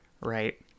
right